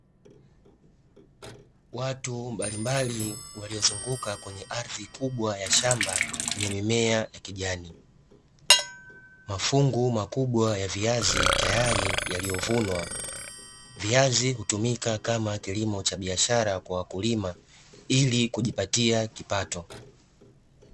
Watu mbalimbali waliozunguka kwenye ardhi kubwa ya shamba yenye mimea ya kijani. Mafungu makubwa ya viazi tayari yaliyovunwa. Viazi hutumika kama kilimo cha biashara kwa wakulima ili kujipatia kipato.